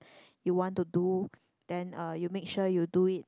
you want to do then uh you make sure you do it